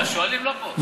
השואלים לא פה.